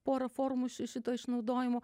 pora formų ši šito išnaudojimo